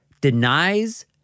denies